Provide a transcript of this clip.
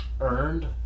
earned